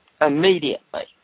immediately